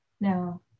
Now